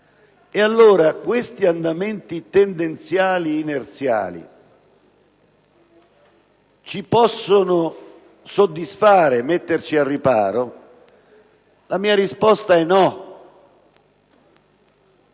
emergenza. Questi andamenti tendenziali inerziali ci possono soddisfare e mettere al riparo? La mia risposta è no.